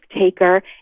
taker